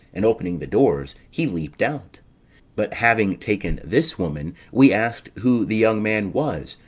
and opening the doors, he leaped out but having taken this woman, we asked who the young man was,